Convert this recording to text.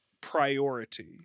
priority